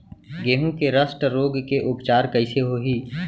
गेहूँ के रस्ट रोग के उपचार कइसे होही?